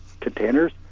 containers